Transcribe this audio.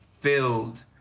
filled